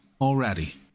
Already